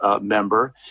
member